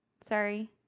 Sorry